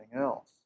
else